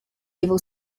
level